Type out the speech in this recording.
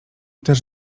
też